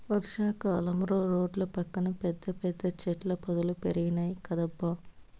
వర్షా కాలంలో రోడ్ల పక్కన పెద్ద పెద్ద చెట్ల పొదలు పెరిగినాయ్ కదబ్బా